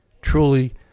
truly